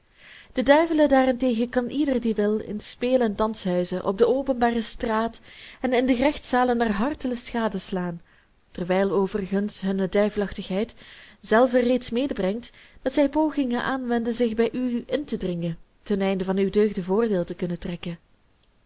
de duivelen daarentegen kan ieder die wil in speel en danshuizen op de openbare straat en in de gerechtszalen naar hartelust gadeslaan terwijl overigens hunne duivelachtigheid zelve reeds medebrengt dat zij pogingen aanwenden zich bij u intedringen ten einde van uw deugden voordeel te kunnen trekken